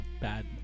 bad